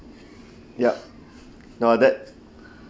yup no ah that